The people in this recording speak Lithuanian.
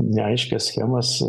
neaiškias schemas